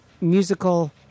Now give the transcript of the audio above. musical